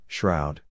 Shroud